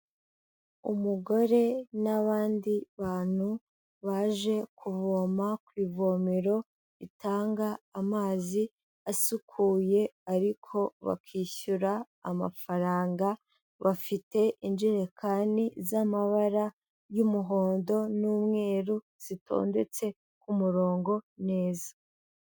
Umugore n'abandi bantu baje kuvoma ku ivomero ritanga amazi asukuye ariko bakishyura amafaranga, bafite injerekani z'amabara y'umuhondo n'umweru, zitondetse ku murongo neza.